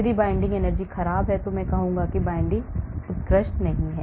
यदि binding energy खराब है तो मैं कहूंगा कि binding उत्कृष्ट नहीं है